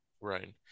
Right